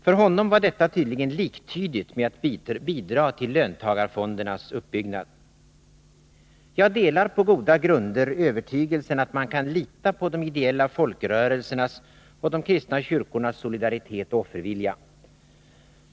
För honom var detta tydligen liktydigt med att bidra till löntagarfondernas uppbyggnad. Jag delar på goda grunder övertygelsen att man kan lita på de ideella folkrörelsernas och de kristna samfundens solidaritet och offervilja.